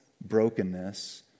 brokenness